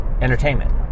entertainment